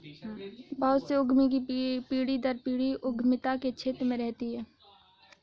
बहुत से उद्यमी की पीढ़ी दर पीढ़ी उद्यमिता के क्षेत्र में रहती है